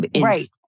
right